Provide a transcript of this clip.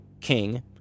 king